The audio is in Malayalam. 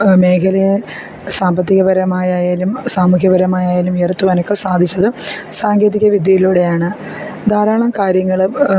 മേഖല സാമ്പത്തികപരമായായാലും സാമൂഹ്യപരമായാലും ഉയർത്തുവാനൊക്കെ സാധിച്ചത് സാങ്കേതികവിദ്യയിലൂടെയാണ് ധാരാളം കാര്യങ്ങള്